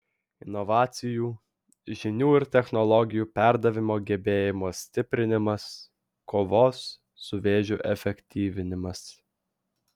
inovacijų žinių ir technologijų perdavimo gebėjimo stiprinimas kovos su vėžiu efektyvinimas